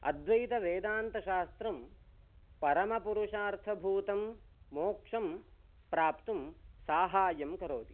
अद्वैतवेदान्तशास्त्रं परमपुरुषार्थभूतं मोक्षं प्राप्तुं साहाय्यं करोति